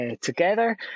together